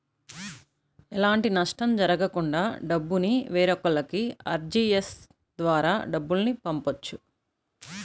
ఎలాంటి నష్టం జరగకుండా డబ్బుని వేరొకల్లకి ఆర్టీజీయస్ ద్వారా డబ్బుల్ని పంపొచ్చు